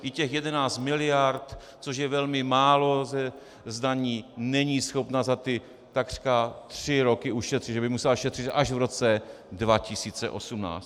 I těch 11 miliard, což je velmi málo z daní, není schopna za ty takřka tři roky ušetřit, že by musela šetřit až v roce 2018.